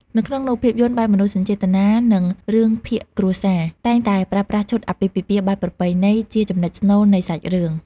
នៅក្នុងនោះភាពយន្តបែបមនោសញ្ចេតនា និងរឿងភាគគ្រួសារ តែងតែប្រើប្រាស់ឈុតអាពាហ៍ពិពាហ៍បែបប្រពៃណីជា ចំណុចស្នូលនៃសាច់រឿង។